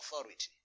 authority